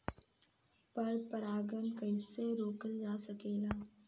पर परागन कइसे रोकल जा सकेला?